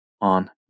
on